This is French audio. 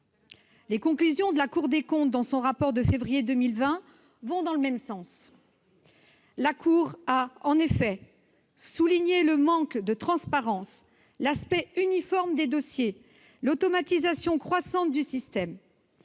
Les conclusions de la Cour des comptes, dans son rapport de février dernier, vont dans le même sens. La Cour a en effet souligné le manque de transparence, l'aspect uniforme des dossiers, l'automatisation croissante du système.